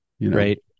Right